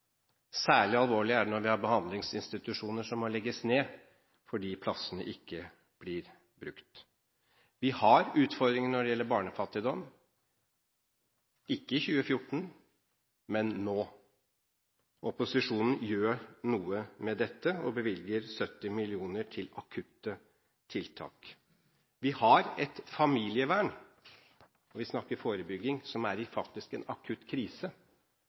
Særlig alvorlig er det når vi har behandlingsinstitusjoner som må legges ned fordi plassene ikke blir brukt. Vi har utfordringer når det gjelder barnefattigdom – ikke i 2014, men nå. Opposisjonen gjør noe med dette og bevilger 70 mill. kr til akutte tiltak. Vi har et familievern – og vi snakker forebygging – som faktisk er i akutt krise.